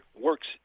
works